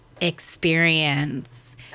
experience